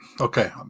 Okay